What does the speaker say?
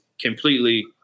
completely